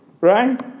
right